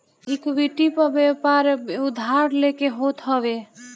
equity पअ व्यापार उधार लेके होत हवे